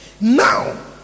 now